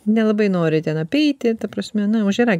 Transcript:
nelabai nori ten apeiti ta prasme na ožiaragiai